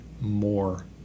more